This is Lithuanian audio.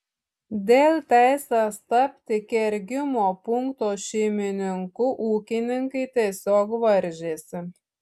dėl teisės tapti kergimo punkto šeimininku ūkininkai tiesiog varžėsi